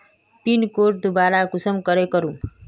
Pin code दोबारा कुंसम करे करूम?